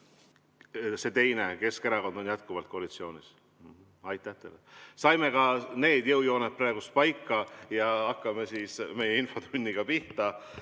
See teine küsimus: Keskerakond on jätkuvalt koalitsioonis. Aitäh teile! Saime ka need jõujooned praegu paika. Hakkame siis meie infotunniga pihta.